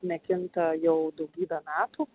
nekinta jau daugybę metų